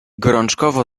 gorączkowo